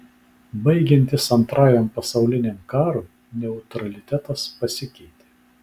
baigiantis antrajam pasauliniam karui neutralitetas pasikeitė